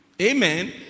amen